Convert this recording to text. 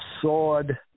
sword